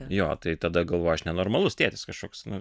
jo tai tada galvoju aš nenormalus tėtis kažkoks nu